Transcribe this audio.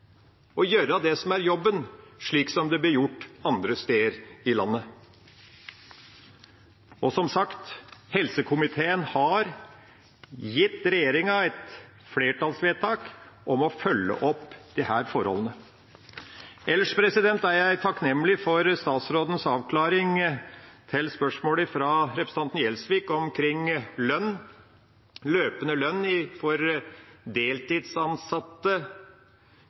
og gjøre det som er jobben deres, slik som det blir gjort andre steder i landet. Som sagt, helsekomiteen har gitt regjeringa et flertallsvedtak om å følge opp disse forholdene. Ellers er jeg takknemlig for statsrådens avklaring på spørsmålet fra representanten Gjelsvik omkring løpende lønn for fast ansatte med deltidsstillinger i